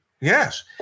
Yes